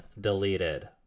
deleted